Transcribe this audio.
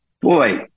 boy